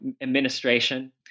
administration